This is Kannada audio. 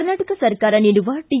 ಕರ್ನಾಟಕ ಸರಕಾರ ನೀಡುವ ಟಿ